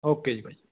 okay ਜੀ bye ਜੀ